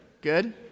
Good